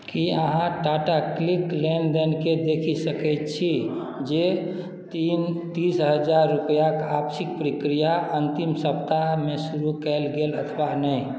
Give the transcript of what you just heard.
की अहाँ टाटाक्लिक लेनदेनके देखि सकैत छी जे तीन तीस हजार रुपैआक वापसीक प्रक्रिया अन्तिम सप्ताहमे शुरू कयल गेल अथवा नहि